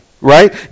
right